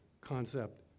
concept